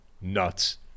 nuts